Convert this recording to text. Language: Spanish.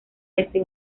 desde